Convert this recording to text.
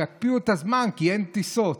שיקפיאו את הזמן כי אין טיסות.